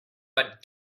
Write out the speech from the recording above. but